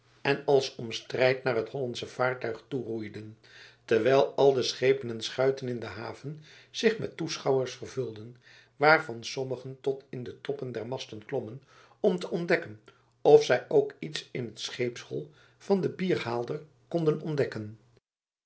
en als om strijd naar het hollandsche vaartuig toe roeiden terwijl al de schepen en schuiten in de haven zich met toeschouwers vervulden waarvan sommigen tot in de toppen der masten klommen om te ontdekken of zij ook iets in het scheepshol van den bierhaalder konden ontdekken